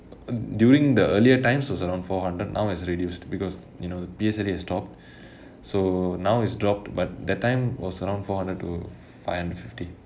during the earlier times was around four hundred now is reduced because you know the P_S_L_E has stopped so now is dropped but that time was around four hundred to five hundred fifty